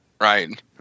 Right